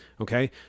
okay